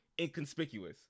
inconspicuous